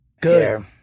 Good